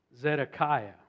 Zedekiah